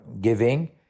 giving